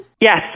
Yes